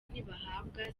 ntibahabwa